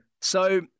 So-